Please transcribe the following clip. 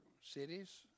cities